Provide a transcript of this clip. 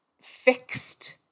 fixed